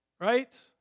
Right